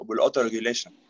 auto-regulation